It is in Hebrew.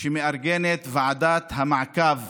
שמארגנת ועדת המעקב